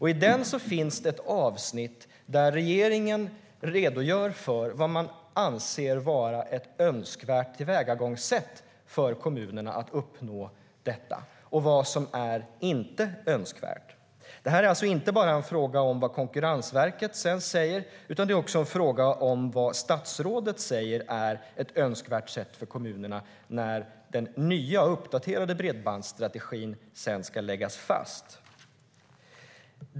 I den finns ett avsnitt där regeringen redogör för vad man anser vara ett önskvärt tillvägagångssätt för kommunerna att uppnå detta och vad som inte är önskvärt. Det här är alltså inte bara en fråga om vad Konkurrensverket sedan säger, utan det är också en fråga om vad statsrådet säger är ett önskvärt sätt för kommunerna när den nya och uppdaterade bredbandsstrategin sedan ska läggas fast.